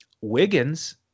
Wiggins